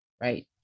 right